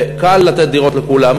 קל לתת דירות לכולם,